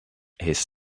his